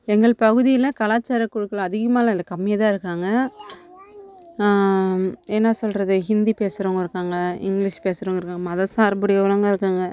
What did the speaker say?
எங்கள் பகுதியில் கலாச்சார குழுக்கள் அதிகமாகலாம் இல்லை கம்மியாக தான் இருக்காங்க என்ன சொல்கிறது ஹிந்தி பேசுறவங்க இருக்காங்க இங்கிலீஷ் பேசுறவங்க இருக்காங்க மதம் சார்புடையவங்களும் இருக்காங்க